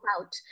out